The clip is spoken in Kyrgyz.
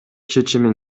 чечимин